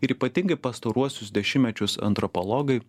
ir ypatingai pastaruosius dešimtmečius antropologai